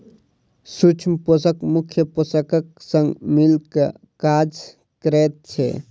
सूक्ष्म पोषक मुख्य पोषकक संग मिल क काज करैत छै